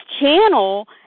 channel